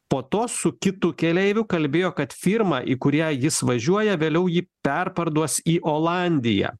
po to su kitu keleiviu kalbėjo kad firma į kurią jis važiuoja vėliau jį perparduos į olandiją